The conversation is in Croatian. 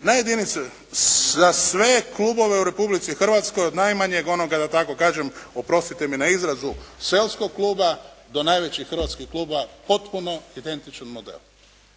Na jedinice za sve klubove u Republici Hrvatskoj od najmanjeg onoga da tako kažem oprostite mi na izrazu seoskog kluba do najvećeg hrvatskog kluba potpuno identičan model,